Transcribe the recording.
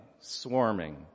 swarming